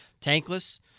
tankless